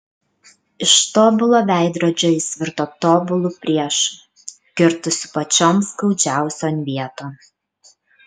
iš tobulo veidrodžio jis virto tobulu priešu kirtusiu pačion skaudžiausion vieton